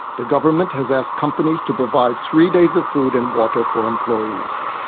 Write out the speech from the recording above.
the government has asked companies to provide three days of food and water for employees.